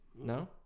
No